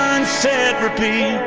sunset, repeat